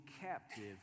captive